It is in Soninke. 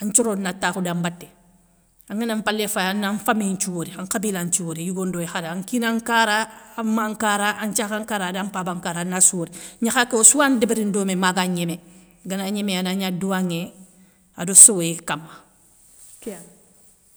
an nthioro na takhou da mbaté, angana mpalé fayi, ana fami nthiou wori an khabila nthiou wori yougo ndo yakharé, an kina nkara, an mah nkara an nthiakha nkara ada mpaba nkara anassou wori. Gnakha ké ossouwani débérini domé ma ga gnémé, gana gnémé ana gna douwanŋé, ado sowoyé kama kéyani.